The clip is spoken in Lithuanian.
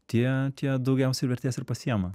tie tie daugiausiai ir vertės ir pasiima